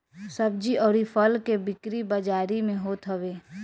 सब्जी अउरी फल के बिक्री बाजारी में होत हवे